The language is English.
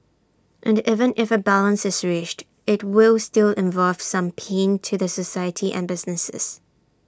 and even if A balance is reached IT will still involve some pain to the society and businesses